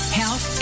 health